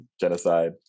genocide